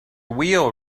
wheel